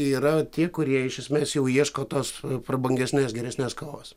yra tie kurie iš esmės jau ieško tos prabangesnės geresnės kavos